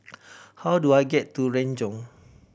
how do I get to Renjong